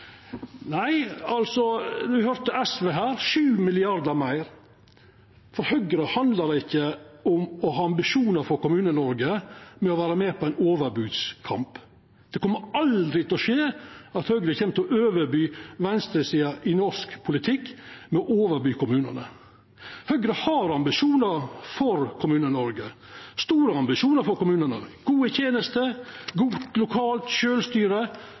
SV her – 7 mrd. kr meir. For Høgre handlar det ikkje om å ha ambisjonar for Kommune-Noreg ved å vera med på ein overbodskamp. Det kjem aldri til å skje at Høgre kjem til å overby venstresida i norsk politikk ved å overby kommunane. Høgre har ambisjonar for Kommune-Noreg, store ambisjonar for Kommune-Noreg: gode tenester, godt lokalt sjølvstyre